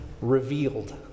revealed